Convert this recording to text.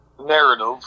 narrative